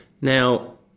Now